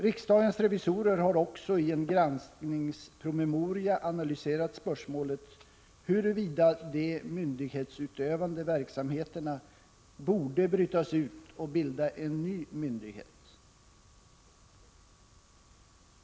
Riksdagens revisorer har också i en granskningspromemoria analyserat spörsmålet huruvida de myndighetsutövande verksamheterna borde brytas ut och bilda en ny myndighet.